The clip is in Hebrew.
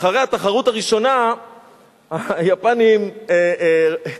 אחרי התחרות הראשונה היפנים לקחו,